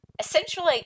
essentially